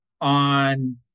on